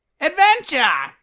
Adventure